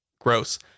gross